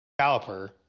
caliper